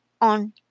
on